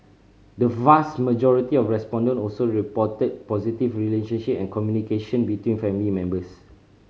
the vast majority of respondent also reported positive relationship and communication between family members